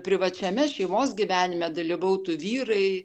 privačiame šeimos gyvenime dalyvautų vyrai